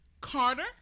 Carter